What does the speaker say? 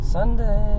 Sunday